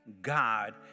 God